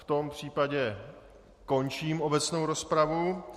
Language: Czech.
V tom případě končím obecnou rozpravu.